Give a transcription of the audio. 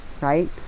right